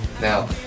Now